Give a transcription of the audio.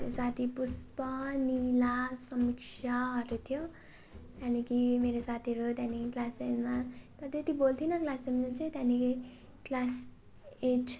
मेरो साथी पुष्पा निला समीक्षाहरू थियो त्यहाँदेखि मेरो साथीहरू त्यहाँदेखि क्लास टेनमा त्यति बोल्थिनँ क्लास सेभेनमा चाहिँ त्यहाँदेखि क्लास एट